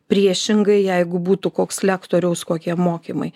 priešingai jeigu būtų koks lektoriaus kokie mokymai